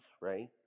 right